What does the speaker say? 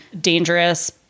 dangerous